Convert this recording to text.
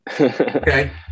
Okay